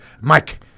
Mike